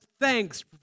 thanks